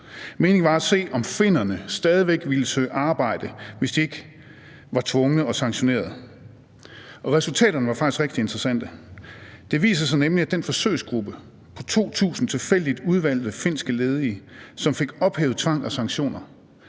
Meningen var at se, om finnerne stadig væk ville søge arbejde, hvis de ikke var tvunget og sanktioneret, og resultaterne var faktisk rigtig interessante. Det viser sig nemlig, at den forsøgsgruppe på 2.000 tilfældigt udvalgte finske ledige, som fik ophævet tvang og sanktioner,